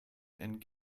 and